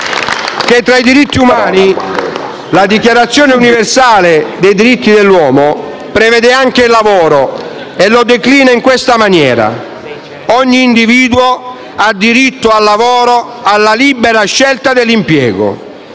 che tra i diritti umani, la Dichiarazione universale prevede anche il lavoro e lo declina in questa maniera: ogni individuo ha diritto al lavoro, alla libera scelta del suo impiego.